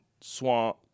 swamp